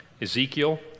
Ezekiel